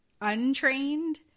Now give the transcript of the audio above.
untrained